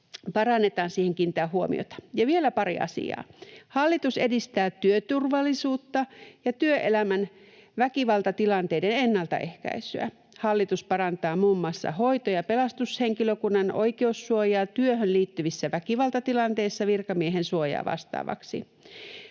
parannetaan, siihen kiinnitetään huomiota. Ja vielä pari asiaa: ”Hallitus edistää työturvallisuutta ja työelämän väkivaltatilanteiden ennaltaehkäisyä. Hallitus parantaa muun muassa hoito- ja pelastushenkilökunnan oikeussuojaa työhön liittyvissä väkivaltatilanteissa virkamiehen suojaa vastaavaksi.